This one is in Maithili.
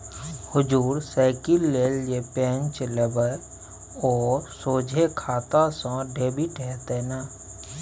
हुजुर साइकिल लेल जे पैंच लेबय ओ सोझे खाता सँ डेबिट हेतेय न